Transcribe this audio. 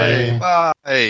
Bye